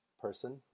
person